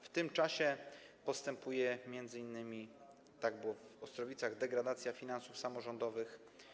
W tym czasie postępuje, m.in. tak było w Ostrowicach, degradacja finansów samorządowych.